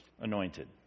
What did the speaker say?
anointed